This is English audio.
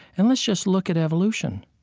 and let's just look at evolution.